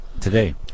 Today